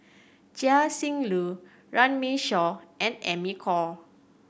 Chia Shi Lu Runme Shaw and Amy Khor